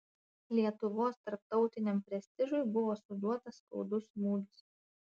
lietuvos tarptautiniam prestižui buvo suduotas skaudus smūgis